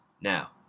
Now